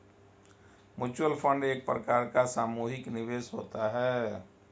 mutual fund एक प्रकार का सामुहिक निवेश होता है